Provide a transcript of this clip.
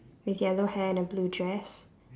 with yellow hair and a blue dress